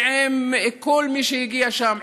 ועם כל מי שהגיע לשם,